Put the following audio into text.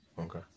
okay